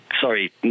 sorry